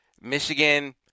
Michigan